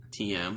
TM